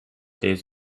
days